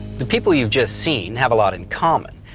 the people you've just seen have a lot in common.